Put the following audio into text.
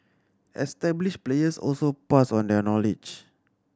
established players also pass on their knowledge